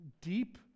deep